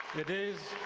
it is